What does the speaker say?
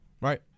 Right